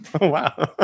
Wow